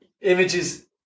images